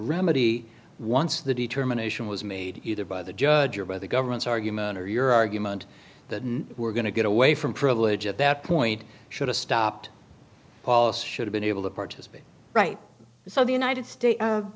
remedy once the determination was made either by the judge or by the government's argument or your argument that we're going to get away from privilege at that point should have stopped should have been able to participate right so the united states